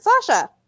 Sasha